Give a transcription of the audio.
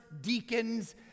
deacons